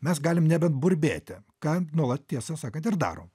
mes galim neben burbėti ką nuolat tiesą sakant ir darom